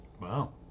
Wow